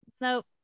nope